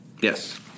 yes